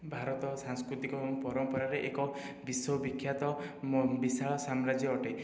ଭାରତ ସାଂସ୍କୃତିକ ପରମ୍ପରାରେ ଏକ ବିଶ୍ୱବିଖ୍ୟାତ ବିଶାଳ ସାମ୍ରାଜ୍ୟ ଅଟେ